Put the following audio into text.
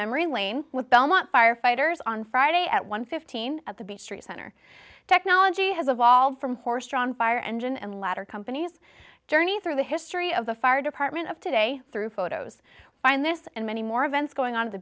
memory lane with belmont firefighters on friday at one fifteen at the beech tree center technology has evolved from horse drawn fire engine and ladder companies journey through the history of the fire department of today through photos find this and many more events going on t